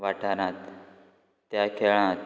वाठारांत त्या खेळांत